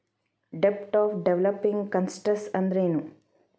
ಡೆಬ್ಟ್ of developing countries ಅಂದ್ರೇನು?